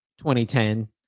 2010